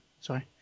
Sorry